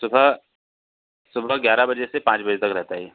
सुबह सुबह ग्यारह बजे से पाँच बजे तक रहता है यह